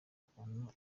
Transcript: ukuntu